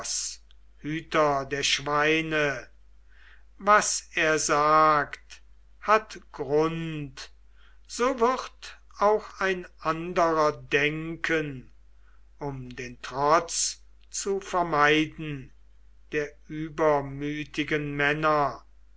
der schweine was er sagt hat grund so würd auch ein anderer denken um den trotz zu vermeiden der übermütigen männer